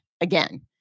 again